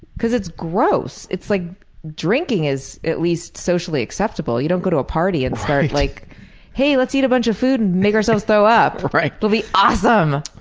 cause it's gross. it's like drinking is at least socially acceptable. you don't go to a party and start like hey, let's eat a bunch of food and make ourselves throw up. it'll be awesome.